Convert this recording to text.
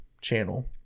channel